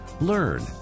Learn